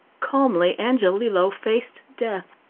calmly angiolillo faced death.